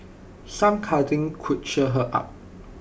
some cuddling could cheer her up